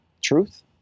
truth